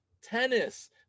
tennis